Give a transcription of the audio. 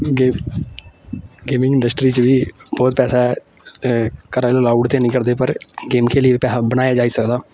game gaming industry च बी बौह्त पैसा घरै आह्ले लाउड ते निं करदे पर गेम खेलियै पैसा बनाया जाई सकदा